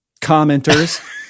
commenters